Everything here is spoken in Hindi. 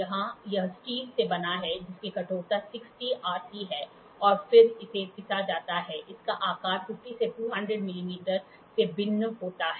यहां यह स्टील से बना है जिसकी कठोरता 60 Rc है और फिर इसे पिसा जाता है इसका आकार 50 से 200 मिलीमीटर से भिन्न होता है